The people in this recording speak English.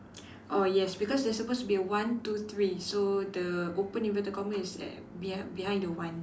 oh yes there's supposed to be one two three so the open inverted comma is at be behind the one